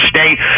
State